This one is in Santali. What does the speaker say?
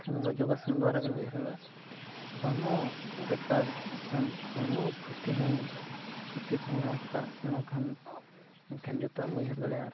ᱠᱷᱟᱱ ᱫᱚ ᱡᱚᱜᱟᱥᱚᱱ ᱫᱚᱣᱟᱨᱟ ᱜᱮ ᱩᱭᱦᱟᱹᱨ ᱢᱮ ᱦᱚᱲᱢᱚ ᱪᱮᱛᱟᱱ ᱥᱮ ᱦᱚᱲᱢᱚ ᱯᱷᱩᱨᱛᱤ ᱦᱚᱸ ᱯᱷᱩᱨᱛᱤ ᱛᱟᱦᱮᱱᱟ ᱞᱮᱛᱟᱲ ᱥᱮᱬᱟ ᱛᱟᱦᱮᱱ ᱮᱱᱠᱷᱟᱱ ᱡᱚᱛᱚᱣᱟᱜ ᱮᱢ ᱩᱭᱦᱟᱹᱨ ᱫᱟᱲᱮᱭᱟᱜᱼᱟ